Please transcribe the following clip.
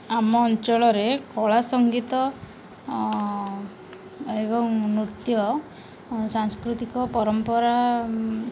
ଆମ ଅଞ୍ଚଳରେ କଳା ସଂଗୀତ ଏବଂ ନୃତ୍ୟ ସାଂସ୍କୃତିକ ପରମ୍ପରା